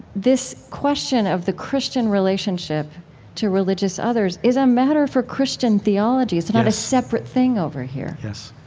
this question of the christian relationship to religious others is a matter for christian theology. it's not a separate thing over here yes.